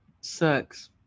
Sucks